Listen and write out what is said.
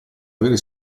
avere